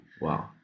Wow